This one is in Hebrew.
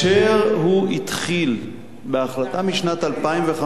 שהתחיל בהחלטה משנת 2005,